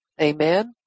Amen